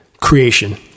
creation